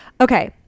Okay